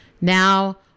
Now